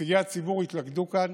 נציגי הציבור התלכדו כאן